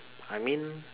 I mean